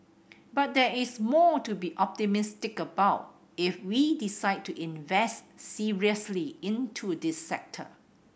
but there is more to be optimistic about if we decide to invest seriously into this sector